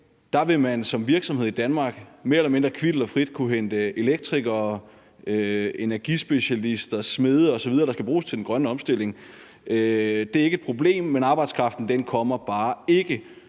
dag, vil man som virksomhed i Danmark mere eller mindre kvit og frit kunne hente elektrikere, energispecialister, smede osv., der skal bruges til den grønne omstilling, til Danmark – det er ikke et problem. Men arbejdskraften kommer bare ikke.